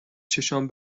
چشام